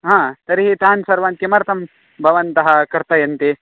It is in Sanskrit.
हा तर्हि तान् सर्वान् किमर्थं भवन्तः कर्तयन्ति